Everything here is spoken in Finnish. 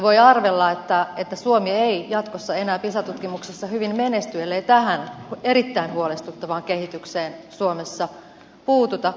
voi arvella että suomi ei jatkossa enää pisa tutkimuksissa hyvin menesty ellei tähän erittäin huolestuttavaan kehitykseen suomessa puututa